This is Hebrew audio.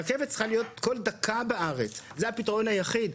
רכבת צריכה להיות כל דקה בארץ, זה הפתרון היחיד.